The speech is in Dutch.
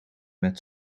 met